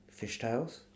fishtails